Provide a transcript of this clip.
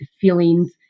feelings